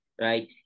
right